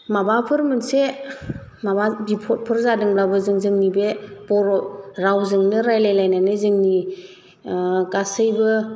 माबाफोर मोनसे माबा बिफदफोर जादोंब्लाबो जों जोंनि बे बर' रावजोंनो रायलायलायनानै जोंनि गासैबो